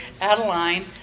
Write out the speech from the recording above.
Adeline